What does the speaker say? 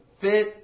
fit